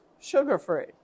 sugar-free